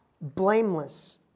blameless